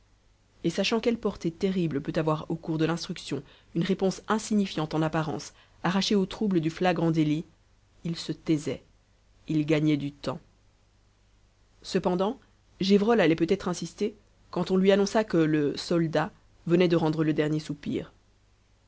et sachant quelle portée terrible peut avoir au cours de l'instruction une réponse insignifiante en apparence arrachée au trouble du flagrant délit il se taisait il gagnait du temps cependant gévrol allait peut-être insister quand on lui annonça que le soldat venait de rendre le dernier soupir